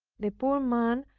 the poor man,